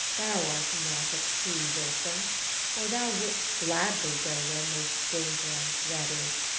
thou art not a true volsung or thou wouldst gladly go where most danger and dread is,